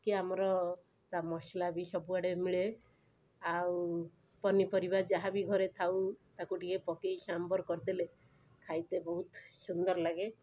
କି ଆମର ତା'ମସଲା ବି ସବୁଆଡ଼େ ମିଳେ ଆଉ ପନିପରିବା ଯାହା ବି ଘରେ ଥାଉ ତାକୁ ଟିକିଏ ପକାଇ ସାମ୍ବର କରିଦେଲେ ଖାଇତେ ବହୁତ ସୁନ୍ଦର ଲାଗେ